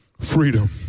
freedom